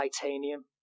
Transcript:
titanium